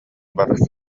барар